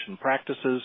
practices